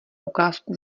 ukázku